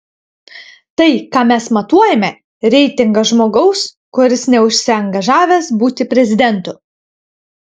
tai ką mes matuojame reitingas žmogaus kuris neužsiangažavęs būti prezidentu